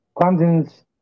Clemson's